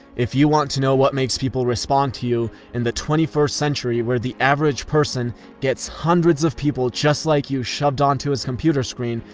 if you want to know what makes people respond to you in the twenty first century, where the average person gets hundreds of people just like you shoved onto his computer screen,